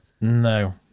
No